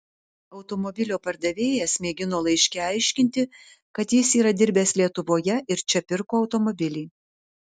automobilio pardavėjas mėgino laiške aiškinti kad jis yra dirbęs lietuvoje ir čia pirko automobilį